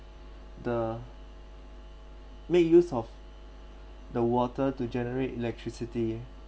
the make use of the water to generate electricity